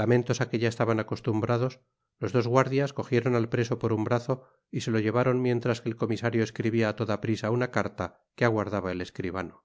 lamentos á que ya estaban acostumbrados los dos guardias cogieron al preso por un brazo y se lo llevaron mientras que el comisario escribia á toda prisa una carta que aguardaba el escribano